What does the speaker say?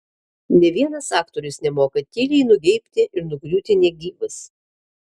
nė vienas aktorius nemoka tyliai nugeibti ir nugriūti negyvas